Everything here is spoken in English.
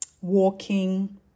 Walking